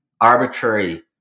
arbitrary